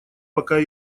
пока